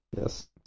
Yes